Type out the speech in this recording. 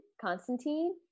Constantine